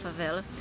favela